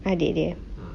adik dia eh